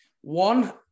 one